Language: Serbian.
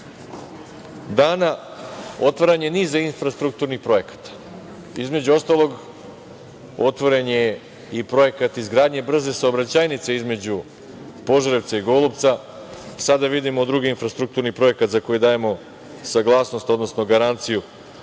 dana otvaranje niza infrastrukturnih projekata, između ostalog otvoren je i projekat izgradnje brze saobraćajnice između Požarevca i Golupca, sada vidimo drugi infrastrukturni projekat za koji dajemo saglasnost, odnosno garanciju